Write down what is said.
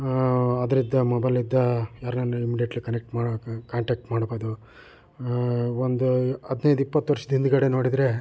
ಅದರಿಂದ ಮೊಬಲಿಂದ ಯಾರನ್ನಾನ ಇಮ್ಡಿಯೆಟ್ಲಿ ಕನೆಕ್ಟ್ ಮಾಡಿ ಕಾಂಟ್ಯಾಕ್ಟ್ ಮಾಡ್ಬೋದು ಒಂದು ಹದ್ನೈದು ಇಪ್ಪತ್ತು ವರ್ಷದ ಹಿಂದುಗಡೆ ನೋಡಿದರೆ